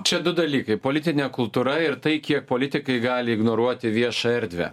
čia du dalykai politinė kultūra ir tai kiek politikai gali ignoruoti viešąją erdvę